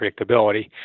predictability